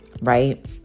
right